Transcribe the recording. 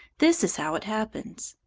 this is how it happens.